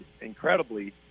incredibly